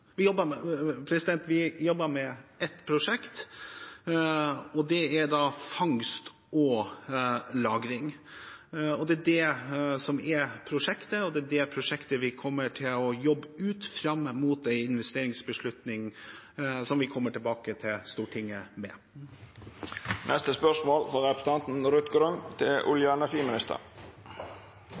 Vi jobber med ett prosjekt, og det er fangst og lagring. Det er det som er prosjektet, og det er det prosjektet vi kommer til å jobbe ut fram mot en investeringsbeslutning, som vi kommer tilbake til Stortinget med. «Karbonfangst og -lagring gjør norsk industri til